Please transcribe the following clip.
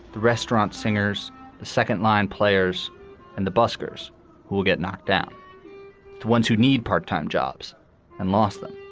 the restaurant singers, the second line players and the buskers who will get knocked down. the ones who need part time jobs and lost them.